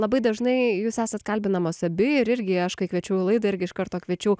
labai dažnai jūs esat kalbinamos abi ir irgi aš kai kviečiau į laidą irgi iš karto kviečiau